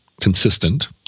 consistent